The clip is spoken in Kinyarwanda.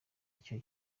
icyo